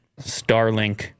Starlink